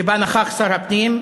שבה נכח שר הפנים,